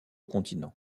continent